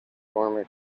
former